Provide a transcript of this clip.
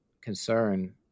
concern